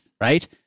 Right